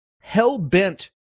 hell-bent